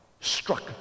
struck